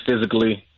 physically